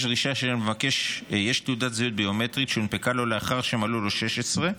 יש דרישה שלמבקש יש תעודת זהות ביומטרית שהונפקה לו לאחר שמלאו לו 16,